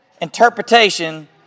interpretation